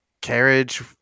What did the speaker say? carriage